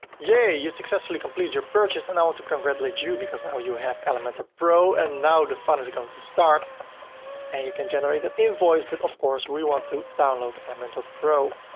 yay. you successfully completed your purchase and i want to congratulate you because now you have elementor pro and now the fun is going to start and you can generate an invoice, but of course we want to download elementor pro.